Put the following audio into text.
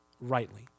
rightly